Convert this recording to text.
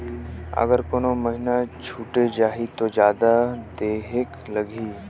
अगर कोनो महीना छुटे जाही तो जादा देहेक लगही?